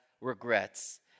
regrets